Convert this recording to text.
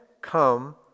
come